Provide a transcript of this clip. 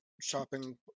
shopping